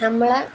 നമ്മളെ